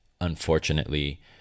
unfortunately